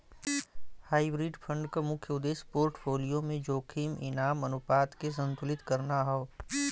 hybrid fund क मुख्य उद्देश्य पोर्टफोलियो में जोखिम इनाम अनुपात के संतुलित करना हौ